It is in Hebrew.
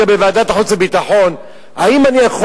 גם בוועדת החוץ והביטחון: האם אני יכול